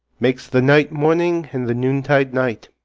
makes the night morning and the noontide night.